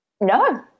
No